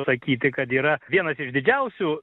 sakyti kad yra vienas iš didžiausių